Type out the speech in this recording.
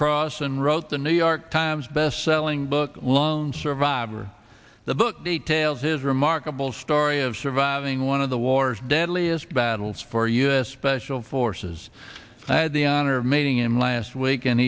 cross and wrote the new york times bestselling book lone survivor the book details his remarkable story of surviving one of the war's deadliest battles for u s special forces i had the honor of meeting him last week and